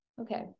Okay